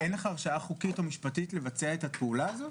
מה שאת אומרת זה שאין לך הרשאה חוקית או משפטית לבצע את הפעולה הזאת?